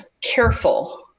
careful